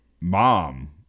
mom